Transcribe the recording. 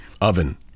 Oven